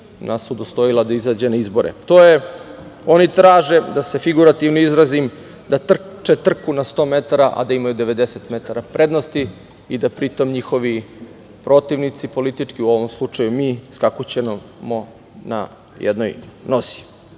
nas udostojila da izađu na izbore. Oni traže, da se figurativno izrazim, da trče trku na 100 metara, a da imaju 90 metara prednosti i da pritom njihovi protivnici politički, u ovom slučaju mi, skakućemo na jednoj nozi